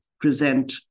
present